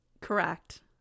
correct